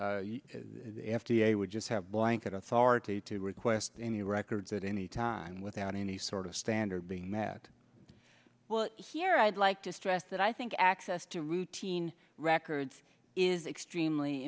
the f d a would just have blanket authority to request any records at any time without any sort of standard being met here i'd like to stress that i think access to routine records is extremely